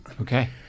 Okay